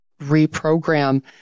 reprogram